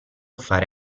fare